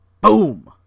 Boom